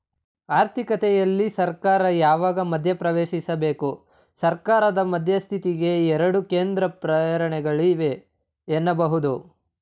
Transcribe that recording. ಆರ್ಥಿಕತೆಯಲ್ಲಿ ಸರ್ಕಾರ ಯಾವಾಗ ಮಧ್ಯಪ್ರವೇಶಿಸಬೇಕು? ಸರ್ಕಾರದ ಮಧ್ಯಸ್ಥಿಕೆಗೆ ಎರಡು ಕೇಂದ್ರ ಪ್ರೇರಣೆಗಳಿವೆ ಎನ್ನಬಹುದು